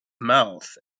mouth